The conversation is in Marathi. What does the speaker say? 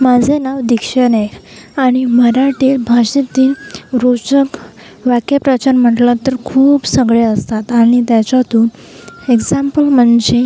माझं नाव दीक्षा नाईक आणि मराठी भाषेतील रोचक वाक्यप्रचार म्हटलात तर खूप सगळे असतात आणि त्याच्यातून एक्झाम्पल म्हणजे